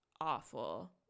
awful